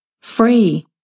free